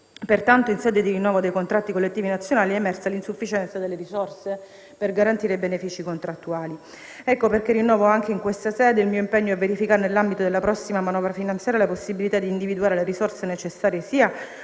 Pertanto, in sede di rinnovo dei contratti collettivi nazionali è emersa l'insufficienza delle risorse per garantire i benefici contrattuali. Ecco perché rinnovo anche in questa sede il mio impegno e verificare, nell'ambito della prossima manovra finanziaria, la possibilità di individuare le risorse necessarie sia